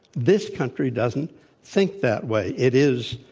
this country doesn't think that way. it is